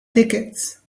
tickets